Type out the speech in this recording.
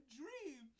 dream